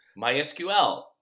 MySQL